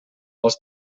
els